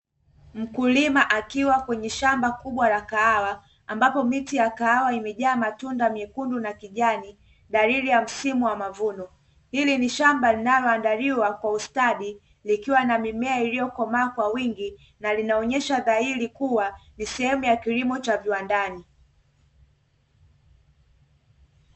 Mkulima akiwa kwenye shamba kubwa la kahawa ambapo miti ya kahawa imejaa matunda mekundu na kijani dalili ya msimu wa mavuno, hili ni shamba linaloandaliwa kwa ustadi likiwa na mimea iliyokomaa kwa wingi na linaonesha dhahiri kuwa ni sehemu ya kilimo cha viwandani.